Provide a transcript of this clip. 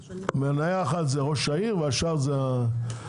מניה אחת זה ראש העיר, והשאר זה העירייה.